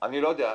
אני לא יודע,